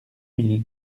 mille